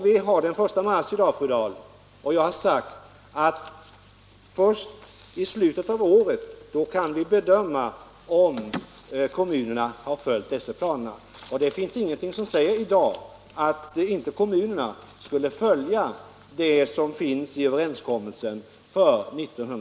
Vi har den 1 mars i dag, fru Dahl, och jag har sagt att vi först i slutet av året kan bedöma om kommunerna har följt dessa planer. Det finns i dag ingenting som säger att kommunerna inte skulle följa vad som finns i överenskommelsen för 1976/77.